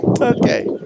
Okay